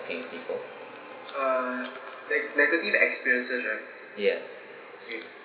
people ya